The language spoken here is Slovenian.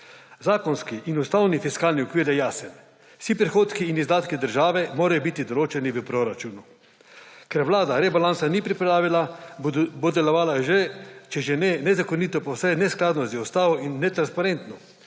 Zakonski in ustavni fiskalni okvir je jasen. Vsi prihodki in izdatki države morajo biti določeni v proračunu. Ker Vlada rebalansa ni pripravila, bo delovala, če že ne nezakonito, pa vsaj neskladno z ustavo in netransparentno,